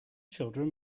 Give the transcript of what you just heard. children